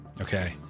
Okay